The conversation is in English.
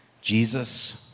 Jesus